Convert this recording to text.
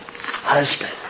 husband